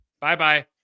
bye-bye